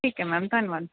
ਠੀਕ ਹੈ ਮੈਮ ਧੰਨਵਾਦ